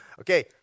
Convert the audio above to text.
Okay